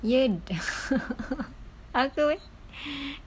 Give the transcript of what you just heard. yeah the aku